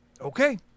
Okay